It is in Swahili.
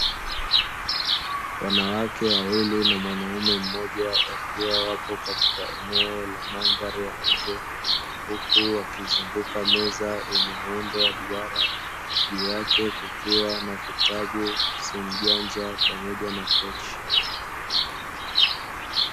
Wanawake wawili na mwanaume mmoja wakiwa wapo katika eneo la mandhari ya nje, huku wakizunguka meza yenye muundo wa duara, juu yake kukiwa na vitabu, simu janja, pamoja na pochi.